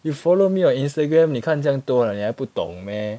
you follow me on Instagram 你看见这样多了你还不懂 meh